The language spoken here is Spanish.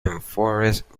forest